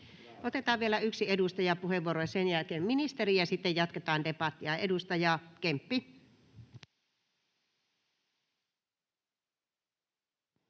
Otetaan vielä yksi edustajan puheenvuoro ja sen jälkeen ministeri, ja sitten jatketaan debattia. — Edustaja Kemppi.